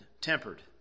tempered